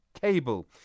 Cable